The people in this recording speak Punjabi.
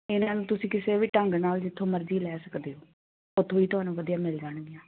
ਇਹਨਾਂ ਨੂੰ ਤੁਸੀਂ ਕਿਸੇ ਵੀ ਢੰਗ ਨਾਲ਼ ਜਿੱਥੋਂ ਮਰਜ਼ੀ ਲੈ ਸਕਦੇ ਹੋ ਉੱਥੋਂ ਵੀ ਤੁਹਾਨੂੰ ਵਧੀਆ ਮਿਲ ਜਾਣਗੀਆਂ